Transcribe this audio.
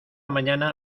mañana